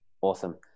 Awesome